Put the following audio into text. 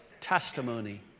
testimony